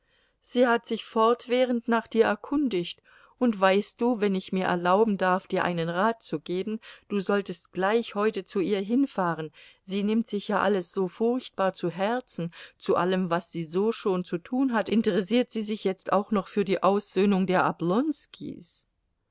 sie hat sich fortwährend nach dir erkundigt und weißt du wenn ich mir erlauben darf dir einen rat zu geben du solltest gleich heute zu ihr hinfahren sie nimmt sich ja alles so furchtbar zu herzen zu allem was sie so schon zu tun hat interessiert sie sich jetzt auch noch für die aussöhnung der